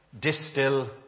distill